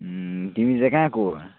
तिमी चाहिँ कहाँको हो